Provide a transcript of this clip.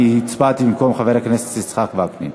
אני הצבעתי במקום חבר הכנסת יצחק וקנין,